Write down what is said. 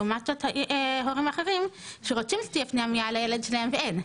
לעומת זאת הורים אחרים שרוצים שתהיה פנימייה לילד שלהם ואין.